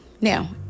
Now